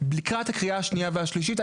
לקראת הקריאה השנייה והשלישית.